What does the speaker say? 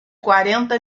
quarenta